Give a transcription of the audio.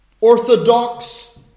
orthodox